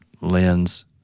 lens